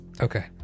Okay